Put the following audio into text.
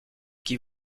qui